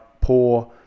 poor